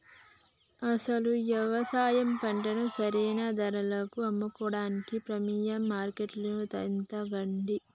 అసలు యవసాయ పంటను సరైన ధరలకు అమ్ముకోడానికి ప్రీమియం మార్కేట్టును ఎతకండి